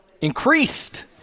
increased